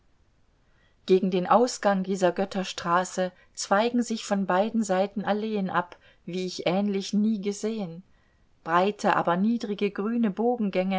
gegen den ausgang dieser götterstraße zweigen sich von beiden seiten alleen ab wie ich ähnliche nie gesehen breite aber niedrige grüne